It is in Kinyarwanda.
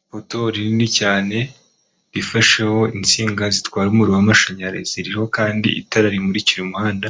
Ipoto rinini cyane, rifasheho insinga zitwara umuriro amashanyarazi, ririho kandi itara rimurikira umuhanda